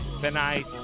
tonight